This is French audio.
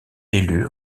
élu